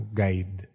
guide